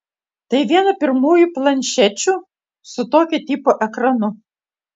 tai viena pirmųjų planšečių su tokio tipo ekranu